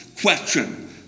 question